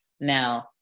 Now